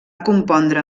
compondre